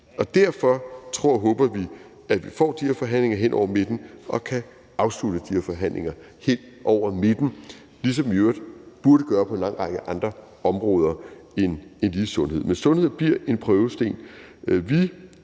Derfor tror og håber vi, at vi får de her forhandlinger hen over midten og kan afslutte de her forhandlinger hen over midten – ligesom vi i øvrigt burde gøre det på en lang række andre områder end lige sundhed. Men sundhed bliver en prøvesten.